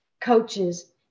coaches